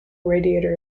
radiator